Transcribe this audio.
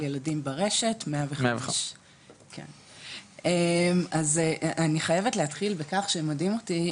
ילדים ברשת 105. אז אני חייבת להתחיל בכך שמדהים אותי,